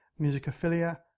Musicophilia